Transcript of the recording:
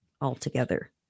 altogether